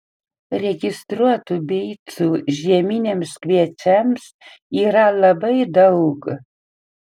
registruotų beicų žieminiams kviečiams yra labai daug